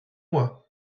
moi